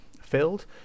filled